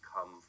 come